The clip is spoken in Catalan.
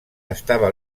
estava